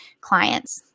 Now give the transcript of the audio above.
clients